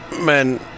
man